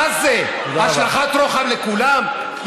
מה זה, השלכת רוחב לכולם?